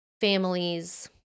families